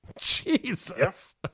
Jesus